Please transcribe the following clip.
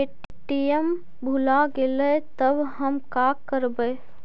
ATM भुला गेलय तब हम काकरवय?